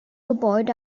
gebäude